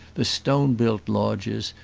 the stone-built lodges,